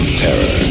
terror